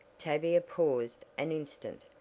tavia paused an instant.